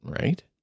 right